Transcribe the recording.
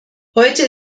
heute